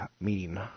meeting